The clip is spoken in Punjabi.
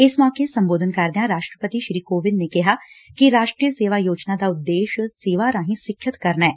ਇਸ ਮੌਕੇ ਸੰਬੋਧਨ ਕਰਦਿਆਂ ਰਾਸ਼ਟਰਪਤੀ ਨੇ ਕਿਹਾ ਕਿ ਰਾਸ਼ਟਰੀ ਸੇਵਾ ਯੋਜਨਾ ਦਾ ਉਦੇਸ਼ ਸੇਵਾ ਰਾਹੀਂ ਸਿੱਖਿਅਤ ਕਰਨਾ ਐ